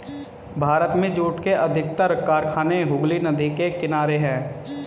भारत में जूट के अधिकतर कारखाने हुगली नदी के किनारे हैं